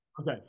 Okay